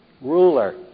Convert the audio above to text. ruler